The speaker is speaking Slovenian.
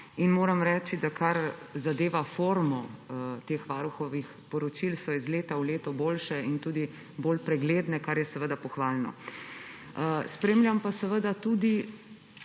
in moram reči, kar zadeva formo teh poročil, da so iz leta v leto boljša in tudi bolj pregledna, kar je seveda pohvalno. Spremljam pa tudi